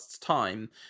time